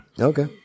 Okay